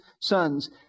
sons